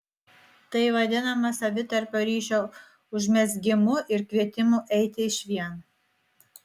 tai vadinama savitarpio ryšio užmezgimu ir kvietimu eiti išvien